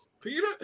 Peter